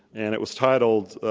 and it was titled,